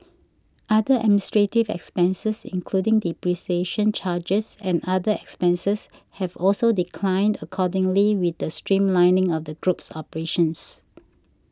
other administrative expenses including depreciation charges and other expenses have also declined accordingly with the streamlining of the group's operations